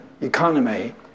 economy